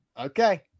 Okay